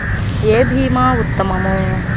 ఏ భీమా ఉత్తమము?